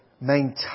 maintain